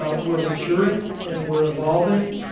ah we're maturing and we're evolving.